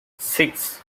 six